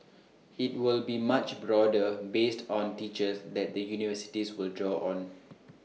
IT will be much broader based on teachers that the universities will draw on